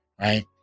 right